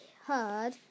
Heard